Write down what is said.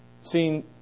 seen